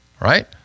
right